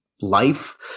life